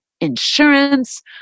insurance